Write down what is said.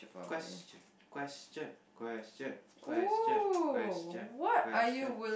question question question question question question